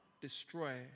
destroy